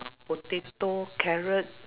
potato carrot